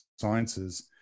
Sciences